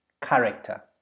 character